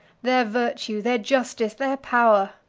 their virtue, their justice, their power?